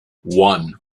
one